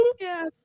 Yes